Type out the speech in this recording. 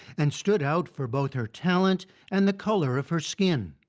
and stood out for both her talent and the color of her skin.